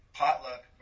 potluck